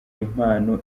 impano